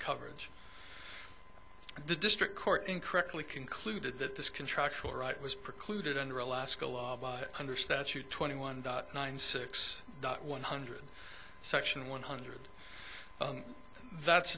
coverage of the district court in correctly concluded that this contractual right was precluded under a last under statute twenty one nine six one hundred section one hundred that